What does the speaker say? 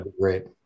great